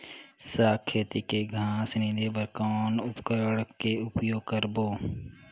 साग खेती के घास निंदे बर कौन उपकरण के उपयोग करबो?